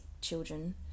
children